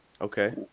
Okay